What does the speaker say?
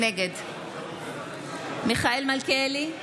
נגד מיכאל מלכיאלי,